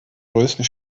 größten